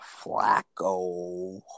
Flacco